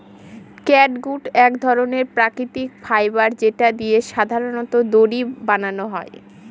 catgut এক ধরনের প্রাকৃতিক ফাইবার যেটা দিয়ে সাধারনত দড়ি বানানো হয়